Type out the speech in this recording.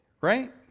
right